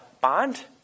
bond